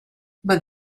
but